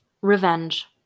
revenge